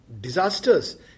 disasters